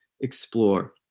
explore